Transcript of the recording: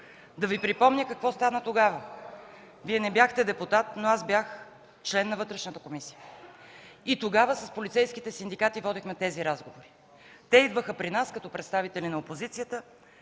да Ви припомня какво стана тогава. Вие не бяхте депутат, но аз бях член на Вътрешната комисия. И тогава с полицейските синдикати водихме тези разговори. Те идваха при нас като представители на опозицията